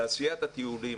תעשיית הטיולים,